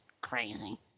crazy